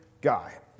guy